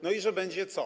No i że będzie co?